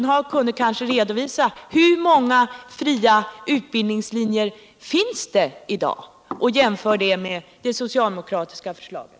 Jörgen Ullenhag kunde kanske redovisa hur många fria utbildningslinjer det finns i dag och jämföra det med det socialdemokratiska förslaget.